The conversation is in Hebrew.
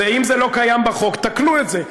אם זה לא קיים בחוק, תקנו את זה.